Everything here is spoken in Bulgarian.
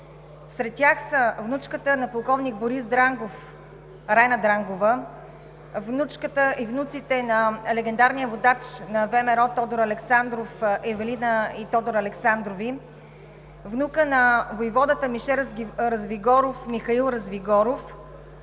Сред тях са внучката на полковник Борис Дрангов – Райна Дрангова; внучката и внуците на легендарния водач на ВМРО Тодор Александров – Евелина и Тодор Александрови; внукът на войводата Мише Развигоров – Михаил Развигоров;